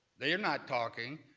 they're not talking.